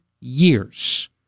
years